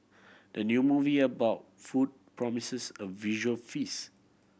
the new movie about food promises a visual feast